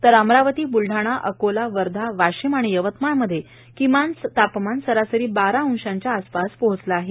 तर अमरावती ब्रलढाणा अकोला वर्धा वाशिम आणि यवतमाळमध्ये किमान तापमान सरासरी बारा अंशांच्या आसपास पोहोचलं आहे